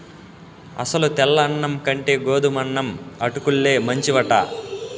అసలు తెల్ల అన్నం కంటే గోధుమన్నం అటుకుల్లే మంచివట